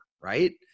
right